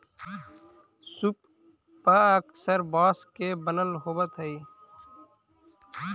सूप पअक्सर बाँस के बनल होवऽ हई